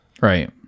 Right